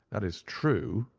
that is true,